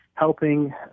helping